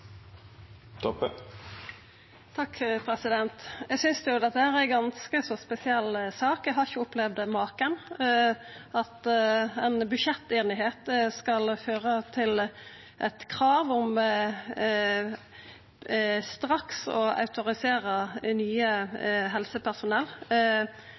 Eg synest at dette er ei ganske så spesiell sak. Eg har ikkje opplevd maken, at ei budsjetteinigheit skal føra til eit krav om straks å autorisera nye